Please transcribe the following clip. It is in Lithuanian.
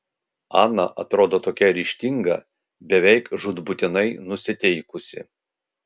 ana atrodo tokia ryžtinga beveik žūtbūtinai nusiteikusi